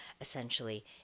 essentially